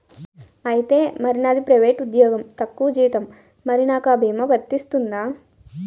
ఐతే మరి నాది ప్రైవేట్ ఉద్యోగం తక్కువ జీతం మరి నాకు అ భీమా వర్తిస్తుందా?